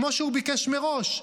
כמו שהוא ביקש מראש.